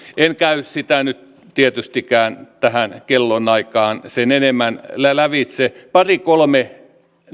en käy sitä nyt tietystikään tähän kellonaikaan sen enemmän lävitse pari kolme